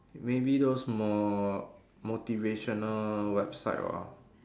maybe those mo~ motivational websites ah